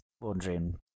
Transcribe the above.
wondering